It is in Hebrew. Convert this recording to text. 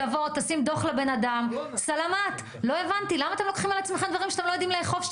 לא הבנתי למה אתם לוקחים על עצמכם דברים שאתם לא יודעים לאכוף,